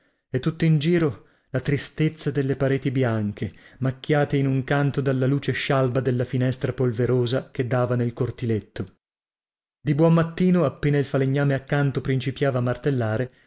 e tuttin giro la tristezza delle pareti bianche macchiate in un canto dalla luce scialba della finestra polverosa che dava nel cortiletto di buon mattino appena il falegname accanto principiava a martellare